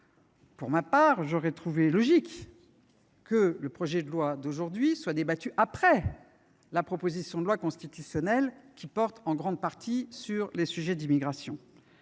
Pour ma part, j’aurais trouvé logique que ledit projet de loi soit examiné après cette proposition de loi constitutionnelle, qui porte en grande partie sur les sujets d’immigration.